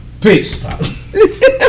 Peace